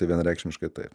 tai vienareikšmiškai taip